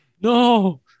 no